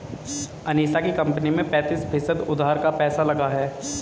अनीशा की कंपनी में पैंतीस फीसद उधार का पैसा लगा है